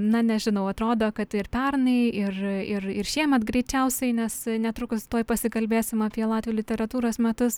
na nežinau atrodo kad ir pernai ir ir ir šiemet greičiausiai nes netrukus tuoj pasikalbėsim apie latvių literatūros metus